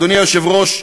אדוני היושב-ראש,